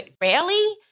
rarely